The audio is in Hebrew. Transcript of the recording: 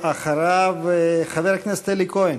ואחריו, חבר הכנסת אלי כהן.